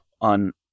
on